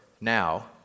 now